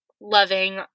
loving